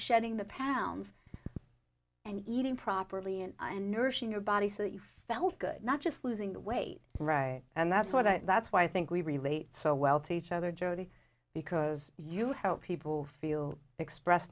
shedding the pounds and eating properly and and nourishing your body so that you felt good not just losing the weight right and that's what i that's why i think we relate so well to each other jodi because you help people feel express